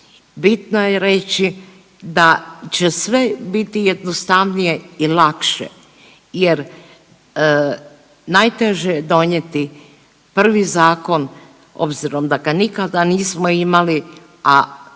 bitno je reći da će sve biti jednostavnije i lakše jer najteže je donijeti prvi zakon obzirom da ga nikada nismo imali, a